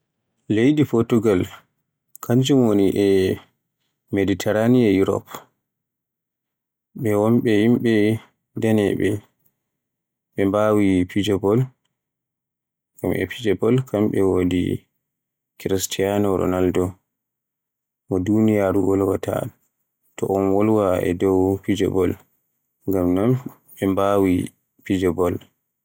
Leydi Portugal kanjum woni e meditariniya Yurof, ɓe woɓɓe yimɓe daneeɓe, ɓe mbaawi fijo bol. Ngam e fijo bol kamɓe wodi Cristiano Ronaldo, mo duniyaaru wolwaata to un wolwa e dow fijo bol. Ngam non ɓe mbaawi fijo bol.